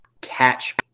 catch